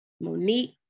Monique